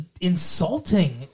insulting